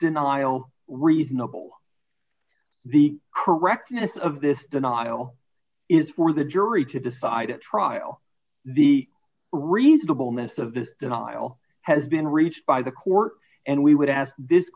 denial reasonable the correctness of this denial is for the jury to decide at trial the reasonableness of the denial has been reached by the court and we would ask this